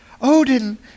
Odin